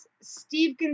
Steve